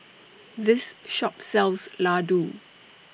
This Shop sells Ladoo